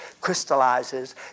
crystallizes